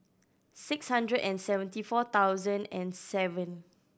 six hundred and seventy four thousand and seven